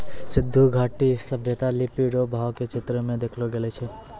सिन्धु घाटी सभ्यता लिपी रो भाव के चित्र मे देखैलो गेलो छलै